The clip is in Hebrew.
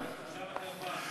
בושה וחרפה.